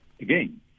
again